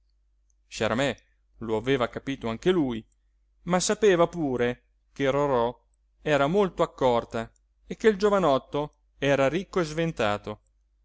rossa sciaramè lo aveva capito anche lui ma sapeva pure che rorò era molto accorta e che il giovanotto era ricco e sventato